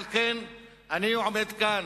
על כן אני עומד כאן,